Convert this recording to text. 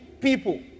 people